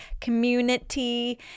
Community